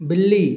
बिल्ली